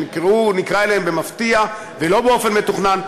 שהוא נקרא אליהם במפתיע ולא באופן מתוכנן,